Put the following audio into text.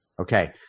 Okay